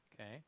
Okay